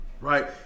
right